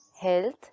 Health